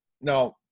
Now